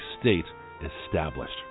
state-established